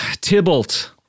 Tybalt